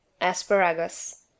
asparagus